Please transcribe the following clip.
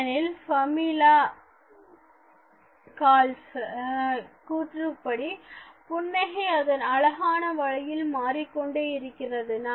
ஏனெனில் Pamela Gerloff கூற்றுப்படி புன்னகை அதன் அழகான வழியில் மாறிக்கொண்டே இருக்கிறது